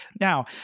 Now